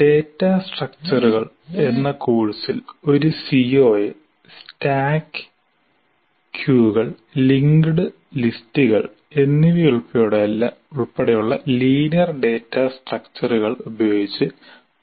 "data സ്ട്രക്ചറുകൾ" എന്ന കോഴ്സിൽ ഒരു സിഒയെ "സ്റ്റാക്ക് ക്യൂകൾ ലിങ്ക്ഡ് ലിസ്റ്റുകൾ stack queues and linked lists എന്നിവയുൾപ്പെടെയുള്ള ലീനിയർ ഡാറ്റാ സ്ട്രക്ചറുകൾ ഉപയോഗിച്ച്